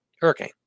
hurricane